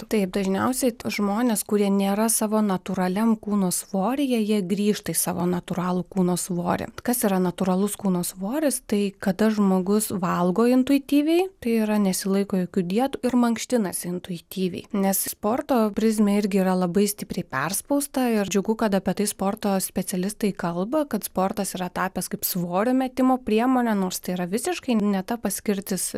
taip dažniausiai žmonės kurie nėra savo natūraliam kūno svoryje jie grįžta į savo natūralų kūno svorį kas yra natūralus kūno svoris tai kada žmogus valgo intuityviai tai yra nesilaiko jokių dietų ir mankštinasi intuityviai nes sporto prizmė irgi yra labai stipriai perspausta ir džiugu kad apie tai sporto specialistai kalba kad sportas yra tapęs kaip svorio metimo priemonė nors tai yra visiškai ne ta paskirtis